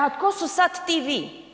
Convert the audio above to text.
A tko su sad ti vi?